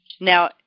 Now